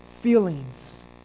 feelings